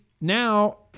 now